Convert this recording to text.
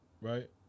right